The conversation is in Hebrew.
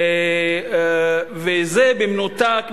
וזה במנותק מהכיבוש,